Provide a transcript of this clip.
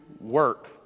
work